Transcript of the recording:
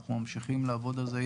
אנחנו ממשיכים לעבוד על זה.